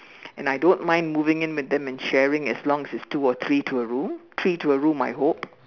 and I don't mind moving in with them and sharing as long as it is two or three to a room three to a room I hope